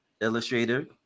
illustrator